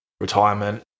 retirement